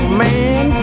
man